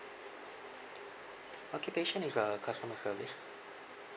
occupation is uh customer service